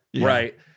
Right